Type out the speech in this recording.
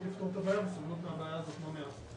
לפתור את הבעיה וסובלות מהבעיה הזאת לא מעט.